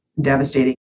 devastating